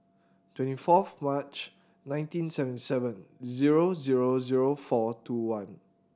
twenty fourth March nineteen seven seven zero zero zero four two one